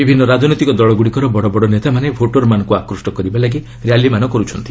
ବିଭିନ୍ନ ରାଜନୈତିକ ଦଳଗୁଡ଼ିକର ବଡ଼ବଡ଼ ନେତାମାନେ ଭୋଟରମାନଙ୍କୁ ଆକ୍ରୁଷ୍ଟ କରିବା ଲାଗି ର୍ୟାଲିମାନ କରୁଛନ୍ତି